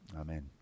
Amen